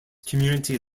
community